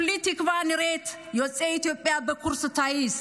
כולי תקווה לראות יוצאי אתיופיה בקורס טיס,